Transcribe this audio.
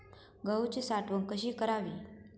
गहूची साठवण कशी करावी?